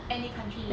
any country